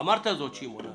אמרת זאת, שמעון אבני.